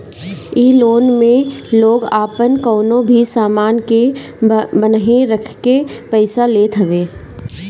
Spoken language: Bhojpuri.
इ लोन में लोग आपन कवनो भी सामान के बान्हे रखके पईसा लेत हवे